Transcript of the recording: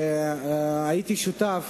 והייתי שותף